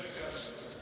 Hvala.